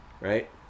Right